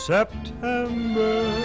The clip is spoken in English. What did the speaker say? September